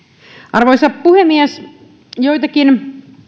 arvoisa puhemies joitakin